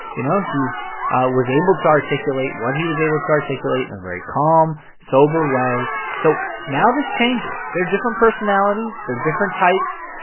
you know, he's was able to articulate what he was able to articulate in a very calm, sober way so now this changes. they're different personalities. they're different types.